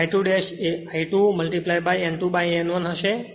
તેથી I2 એ I2 N2N1 હશે